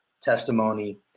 testimony